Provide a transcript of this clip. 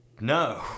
No